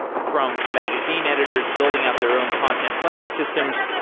from magazine editors building up their own content planning systems,